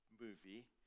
movie